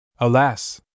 Alas